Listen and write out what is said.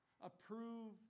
approve